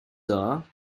are